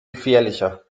gefährlicher